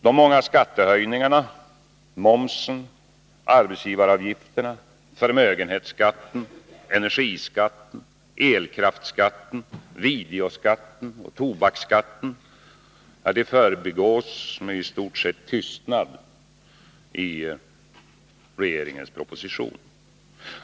De många skattehöjningarna — momsen, arbetsgivaravgifterna, förmögenhetsskatten, energiskatten, elkraftsskatten, videoskatten och tobaksskatten — förbigås i stort sett med tystnad i regeringens proposition.